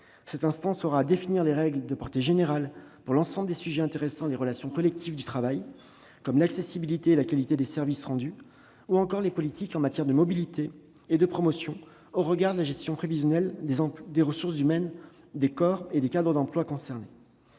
Cette instance aura à définir les règles de portée générale pour l'ensemble des sujets intéressant les relations collectives de travail, comme l'accessibilité et la qualité des services rendus, ou encore les politiques en matière de mobilité et de promotion, au regard de la gestion prévisionnelle des ressources humaines des corps et des cadres d'emploi concernés.